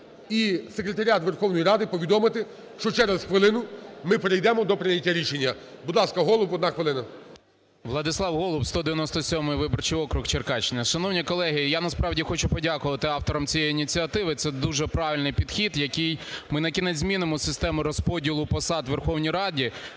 і секретаріат Верховної Ради повідомити, що через хвилину ми перейдемо до прийняття рішення. Будь ласка, Голуб, одна хвилина. 10:46:03 ГОЛУБ В.В. Владислав Голуб, 197 виборчий округ, Черкащина. Шановні колеги, я насправді хочу подякувати авторам цієї ініціативи. Це дуже правильний підхід, яким ми накінець змінимо систему розподілу посад у Верховній Раді